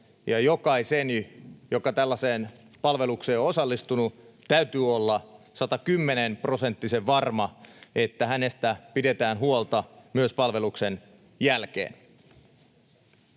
jokaisen, joka tällaiseen palvelukseen on osallistunut, täytyy olla 110-prosenttisen varma, että hänestä pidetään huolta myös palveluksen jälkeen.